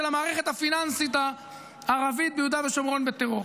המערכת הפיננסית הערבית ביהודה ושומרון בטרור.